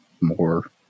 more